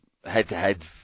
head-to-head